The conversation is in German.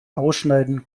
ausschneiden